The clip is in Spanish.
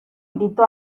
gritó